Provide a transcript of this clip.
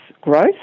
growth